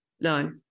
No